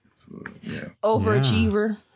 Overachiever